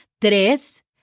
Tres